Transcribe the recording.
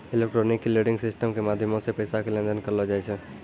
electronic clearing system के माध्यमो से पैसा के लेन देन करलो जाय छै